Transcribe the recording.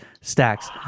stacks